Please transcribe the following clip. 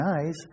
eyes